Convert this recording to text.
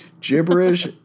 Gibberish